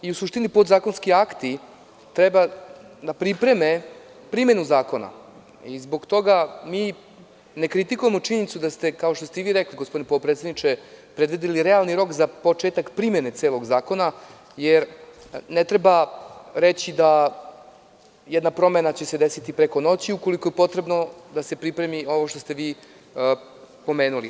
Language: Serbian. U suštini, podzakonski akti treba na pripreme primenu zakona i zbog toga mi ne kritikujemo činjenicu da ste, kao što ste i vi rekli, gospodine potpredsedniče, predvideli realni rok za početak primene celog zakona, jer ne treba reći da jedna promena će se desiti preko noći ukoliko je potrebno da se pripremi ovo što ste vi pomenuli.